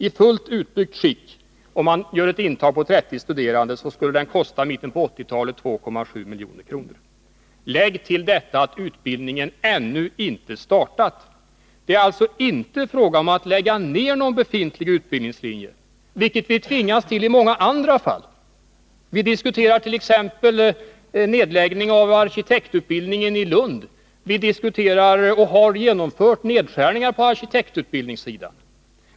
I fullt utbyggt skick och med ett intag på 30 studerande skulle utbildningen i mitten på 1980-talet kosta 2,7 milj.kr. Lägg sedan till detta att utbildningen ännu inte startats. Det är alltså inte fråga om att lägga ned någon befintlig utbildningslinje, vilket vi tvingas till i många andra fall. Vi diskuterar t.ex. nedläggning av arkitektutbildningen i Lund. Vi diskuterar, och har genomfört, nedskärningar på arkitektutbildningssidan.